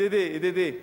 ידידי,